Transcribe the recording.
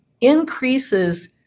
increases